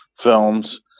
films